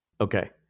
Okay